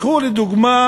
קחו לדוגמה